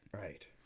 Right